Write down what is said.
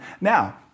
Now